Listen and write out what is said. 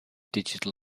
digital